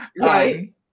Right